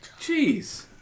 Jeez